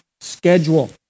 schedule